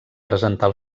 presentar